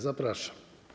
Zapraszam.